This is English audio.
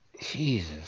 Jesus